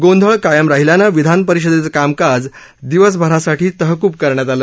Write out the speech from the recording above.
गोंधळ कायम राहिल्यानं विधानपरिषदेचं कामकाज दिवसभरासाठी तहकूब करण्यात आलं